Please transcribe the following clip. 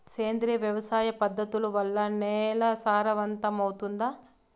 సేంద్రియ వ్యవసాయ పద్ధతుల వల్ల, నేల సారవంతమౌతుందా?